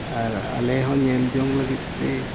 ᱟᱨ ᱟᱞᱮ ᱦᱚᱸ ᱧᱮᱞ ᱡᱚᱝ ᱞᱟᱹᱜᱤᱫ ᱛᱮ